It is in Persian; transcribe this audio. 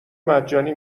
مجانی